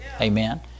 Amen